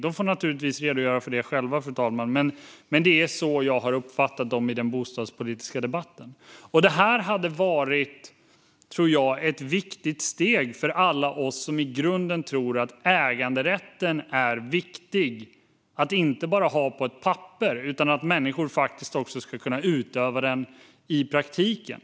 De får naturligtvis redogöra för det själva, men det är så jag har uppfattat dem i den bostadspolitiska debatten. Det här hade varit ett viktigt steg för alla oss som tror att äganderätten är viktig och att inte bara ha den på ett papper utan att människor också ska kunna utöva den i praktiken.